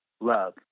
love